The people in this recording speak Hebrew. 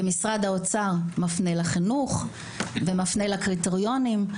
ומשרד האוצר מפנה לחינוך ומפנה לקריטריונים.